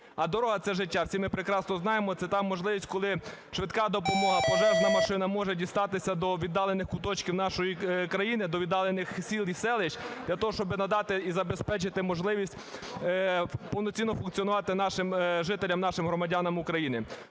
А дорога - це життя, всі ми прекрасно знаємо, це та можливість, коли швидка допомога, пожежна машина може дістатися до віддалених куточків нашої країни, до віддалених сіл і селищ для того, щоб надати і забезпечити можливість повноцінно функціонувати нашим жителям, нашим громадянам України.